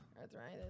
Arthritis